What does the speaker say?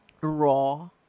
raw